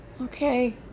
Okay